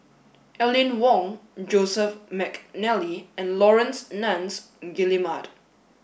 Aline Wong Joseph Mcnally and Laurence Nunns Guillemard